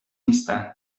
نیستند